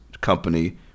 company